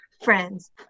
Friends